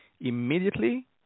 immediately